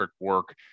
work